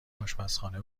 آشپزخانه